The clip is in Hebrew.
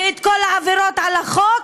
ואת כל העבירות על החוק,